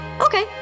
Okay